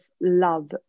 love